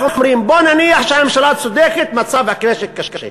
בואו נניח שהממשלה צודקת ומצב המשק קשה,